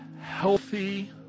healthy